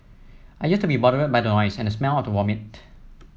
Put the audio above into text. I used to be bothered by the noise and smell of vomit